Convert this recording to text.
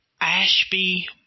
Ashby